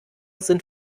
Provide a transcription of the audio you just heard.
sind